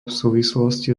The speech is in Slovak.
súvislosti